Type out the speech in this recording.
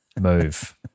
Move